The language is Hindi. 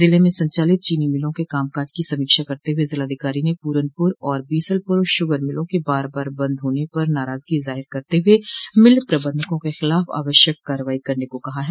ज़िले में संचालित चीनी मिलों के कामकाज की समीक्षा करते हुए ज़िलाधिकारी ने पूरनपुर और बीसलपुर श्गर मिलों के बार बार बंद होने पर नाराजगी जाहिर करते हुए मिल प्रबंधकों के खिलाफ आवश्यक कार्रवाई करने को कहा है